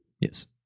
Yes